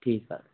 ठीकु आहे